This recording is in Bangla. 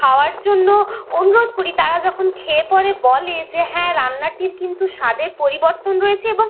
খাওয়ার জন্য অনুরোধ করি তারা যখন খেয়ে পরে বলে যে হ্যাঁ রান্নাটির কিন্তু স্বাদের পরিবর্তন রয়েছে এবং